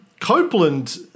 Copeland